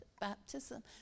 baptism